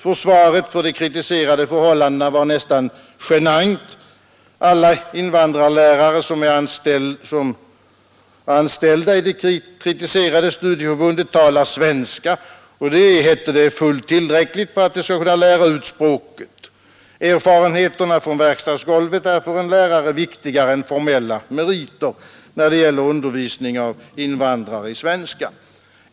Försvaret för de kritiserade förhållandena var nästan genant. Alla invandrarlärare som var anställda i de kritiserade studieförbunden talar svenska, heter det, och det är fullt tillräckligt för att de skall kunna lära ut språket. Vidare anfördes: Erfarenheterna från verkstadsgolvet är för en lärare viktigare än formella meriter när det gäller undervisningen av invandrare i svenska.